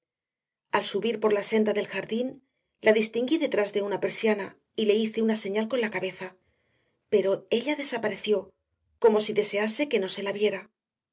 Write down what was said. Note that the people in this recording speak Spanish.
al subir por la senda del jardín la distinguí detrás de una persiana y le hice una señal con la cabeza pero ella desapareció como si desease que no se la viera